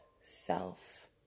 self